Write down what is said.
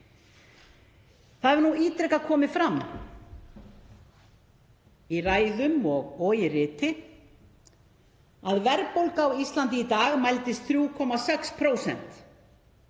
Það hefur ítrekað komið fram í ræðum og riti að verðbólga á Íslandi í dag mældist 3,6%